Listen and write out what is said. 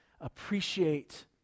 appreciate